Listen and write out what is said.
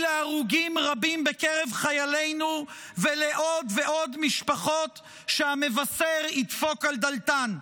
להרוגים רבים בקרב חיילינו ולעוד ועוד משפחות שהמבשר ידפוק על דלתן.